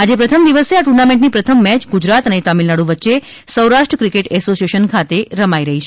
આજે પ્રથમ દિવસે આ ટુર્નામેન્ડની પ્રથમ મેચ ગુજરાત અને તામિલનાડુ વચ્ચે સૌરાષ્ઠ ક્રિકેટ એસોસીએશન ખાતે રમાઇ રહી છે